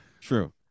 true